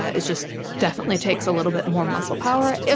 it just definitely takes a little bit more muscle power. and